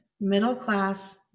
middle-class